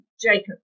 Jacob